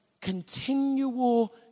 continual